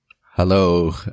Hello